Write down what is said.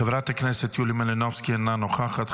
חברת הכנסת יוליה מלינובסקי, אינה נוכחת.